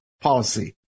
policy